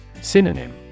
Synonym